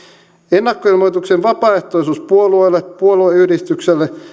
ennakkoilmoituksen vapaaehtoisuus puolueille puolueyhdistykselle